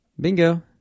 Bingo